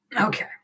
Okay